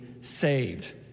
saved